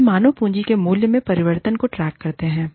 वे मानव पूँजी के मूल्य में परिवर्तन को ट्रैक करते हैं